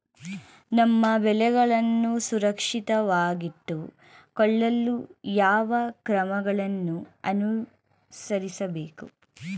ನಮ್ಮ ಬೆಳೆಗಳನ್ನು ಸುರಕ್ಷಿತವಾಗಿಟ್ಟು ಕೊಳ್ಳಲು ಯಾವ ಕ್ರಮಗಳನ್ನು ಅನುಸರಿಸಬೇಕು?